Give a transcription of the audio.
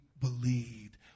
believed